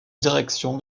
direction